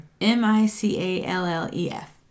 M-I-C-A-L-L-E-F